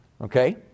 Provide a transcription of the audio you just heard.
Okay